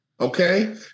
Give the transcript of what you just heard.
okay